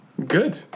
Good